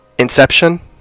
Inception